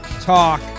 talk